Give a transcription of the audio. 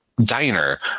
diner